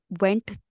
went